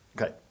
okay